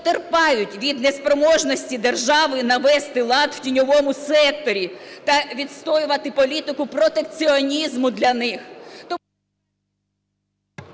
потерпають від неспроможності держави навести лад в тіньовому секторі та відстоювати політику протекціонізму для них…